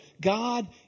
God